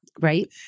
right